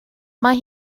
mae